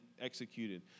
executed